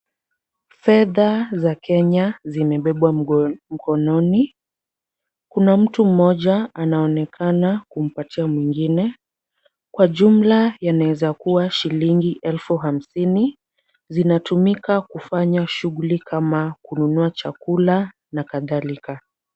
Fedha za Kenya zimemebebwa mkononi. Kuna mtu mmoja anaonekana kumpatia mwingine. Kwa jumla yanaweza kuwa shilingi elfu hamsini, zinatumika kufanya shughli kama ; kununua chakula na kadhalika.